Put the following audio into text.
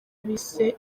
bise